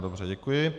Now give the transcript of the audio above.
Dobře, děkuji.